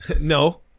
no